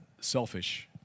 selfish